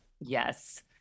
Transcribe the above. Yes